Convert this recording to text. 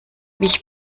ich